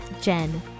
Jen